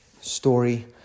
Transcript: story